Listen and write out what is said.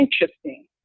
interesting